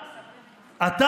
אתה,